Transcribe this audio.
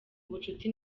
ubucuti